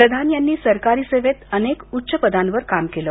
प्रधान यांनी सरकारी सेवेत अनेक उच्च पदांवर काम केलं